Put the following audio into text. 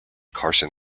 carson